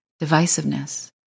divisiveness